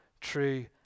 true